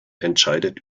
entscheidet